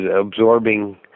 absorbing